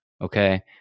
okay